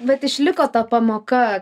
bet išliko ta pamoka